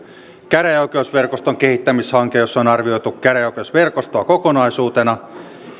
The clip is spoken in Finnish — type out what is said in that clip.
käräjäoikeusverkoston kehittämishankkeessa on arvioitu käräjäoikeusverkostoa kokonaisuutena ja